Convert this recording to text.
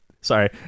Sorry